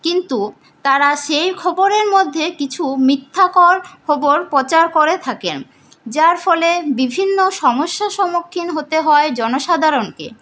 কিন্তু তারা সেই খবরের মধ্যে কিছু মিথ্যাকর খবর প্রচার করে থাকেন যার ফলে বিভিন্ন সমস্যার সম্মুখীন হতে হয় জনসাধারণকে